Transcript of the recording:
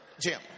Jim